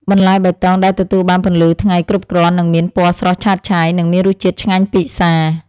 បន្លែបៃតងដែលទទួលបានពន្លឺថ្ងៃគ្រប់គ្រាន់នឹងមានពណ៌ស្រស់ឆើតឆាយ និងមានរសជាតិឆ្ងាញ់ពិសា។